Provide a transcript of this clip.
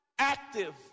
active